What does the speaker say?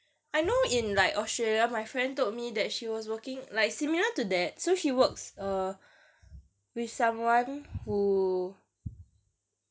I know in like australia my friend told me that she was working like similar to that so she works uh with someone who